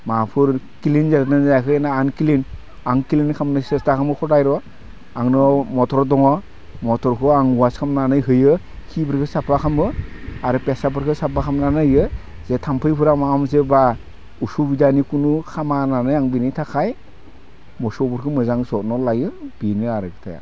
माबाफोर क्लिन जादोंना जायाखै ना आनक्लिन आं क्लिन खालामनो सेस्था खालामो हदाय र' आंनाव मटर दं मटरखौ आं वास खालामनानै होयो खिफोरखो साफा खालामो आरो पेसापफोरखौ साफा खालामनानै होयो जे थाम्फैफोरा माबा मोनसे बा असुबिदानि खुनु खालामा होन्नानै आं बेनि थाखाय मोसौफोरखौ मोजां जथ्न' लायो बेनो आरो खोथाया